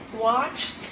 watch